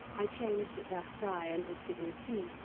i changed at versailles, and was given tea,